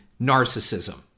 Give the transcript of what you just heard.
narcissism